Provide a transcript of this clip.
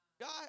God